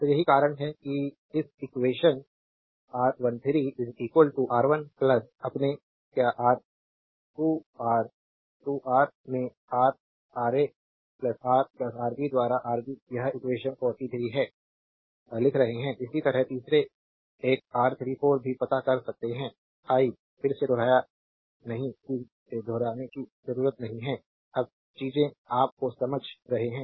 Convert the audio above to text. तो यही कारण है कि इस इक्वेशन R13 R1 अपने क्या आर 2 आर 2 आर में आर आरए रा आरबी द्वारा आरबी यह इक्वेशन 43 है लिख रहे हैं इसी तरह तीसरे एक R34 भी पता कर सकते है आई फिर से दोहराया नहीं की जरूरत है अब चीजें आप को समझ रहे हैं